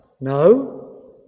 No